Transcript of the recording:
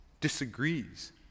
disagrees